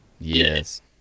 Yes